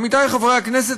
עמיתי חברי הכנסת,